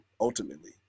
ultimately